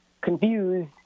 confused